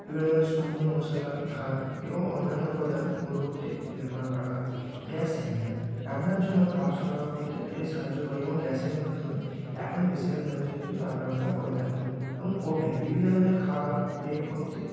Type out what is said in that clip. বিভিন্ন ধরনের শুকনো মশলা ধান এবং অন্যান্য উপাদান গুঁড়ো করতে ব্যবহার করা হয় গ্যাস সিলিন্ডার রান্নার জন্য তাপ সরাবহ করতে এটি সাহায্য করে এবং গ্যাসের মাধ্যমে এখন বেশিরভাগ মানুষই কিন্তু রান্না বান্না করে থাকেন এবং ওভেন বিভিন্ন ধরনের খাবার বেক করতে